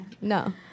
no